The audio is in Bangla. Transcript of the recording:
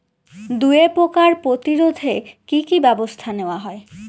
দুয়ে পোকার প্রতিরোধে কি কি ব্যাবস্থা নেওয়া হয়?